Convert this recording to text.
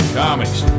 comics